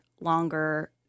longer